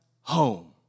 home